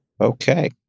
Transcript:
Okay